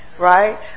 right